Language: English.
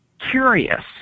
curious